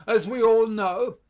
as we all know,